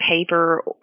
paper